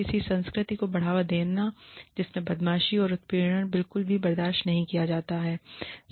ऐसी संस्कृति को बढ़ावा देना जिसमें बदमाशी और उत्पीड़न बिल्कुल भी बर्दाश्त नहीं किया जाता है